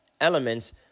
elements